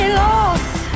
lost